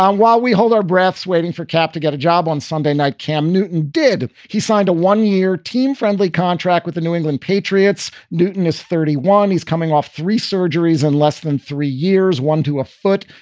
while we hold our breath waiting for cap to get a job on sunday night, cam newton did. he signed a one year team friendly contract with the new england patriots. newton is thirty one. he's coming off three surgeries in less than three years, one to a foot,